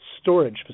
storage